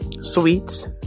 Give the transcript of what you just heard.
sweets